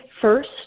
first